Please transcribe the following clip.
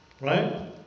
Right